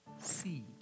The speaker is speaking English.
Seed